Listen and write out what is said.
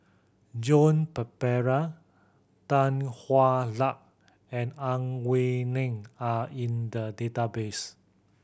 Joan Pereira Tan Hwa Luck and Ang Wei Neng are in the database